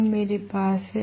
अब मेरे पास है